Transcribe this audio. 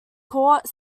court